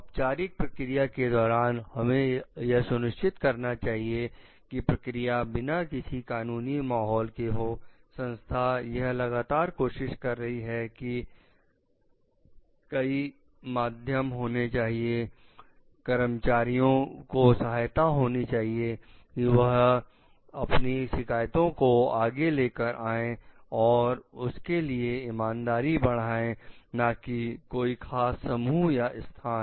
औपचारिक प्रक्रिया के दौरान हमें यह सुनिश्चित करना चाहिए कि प्रक्रिया बिना किसी कानूनी माहौल के हो संस्था यह लगातार कोशिश कर रही है कि कई माध्यम होने चाहिए राम कर्मचारियों को सहायता होनी चाहिए कि वह अपनी शिकायतों को आगे लेकर आए कोई उनके लिए ईमानदारी बढ़ते ना कि कोई खास समूह या स्थान